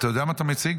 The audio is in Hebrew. אתה יודע מה אתה מציג?